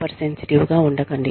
హైపర్సెన్సిటివ్గా ఉండకండి